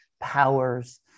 Powers